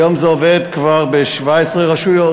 היום זה עובד כבר ב-17 רשויות.